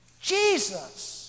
Jesus